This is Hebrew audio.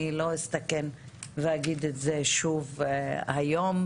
אני לא אסתכן ואגיד את זה שוב היום,